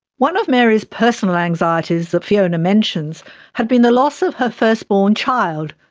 one of mary's personal anxieties that fiona mentions had been the loss of her firstborn child,